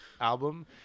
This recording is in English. album